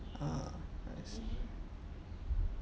ah I see